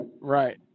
Right